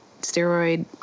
steroid